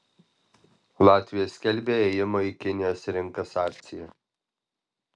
latvija skelbia ėjimo į kinijos rinkas akciją